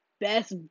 best